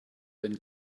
than